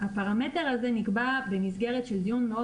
הפרמטר הזה נקבע במסגרת של דיון מאוד